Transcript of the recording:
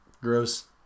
Gross